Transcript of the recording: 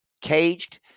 caged